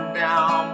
down